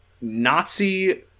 Nazi